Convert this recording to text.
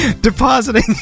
depositing